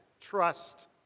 trust